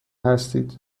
هستید